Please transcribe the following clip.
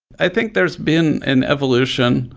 i think there's been an evolution.